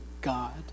God